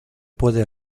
puede